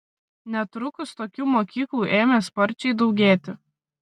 netrukus tokių mokyklų ėmė sparčiai daugėti